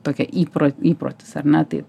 tokio įpro įprotis ar ne tai